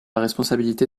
responsabilité